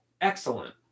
Excellent